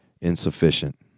insufficient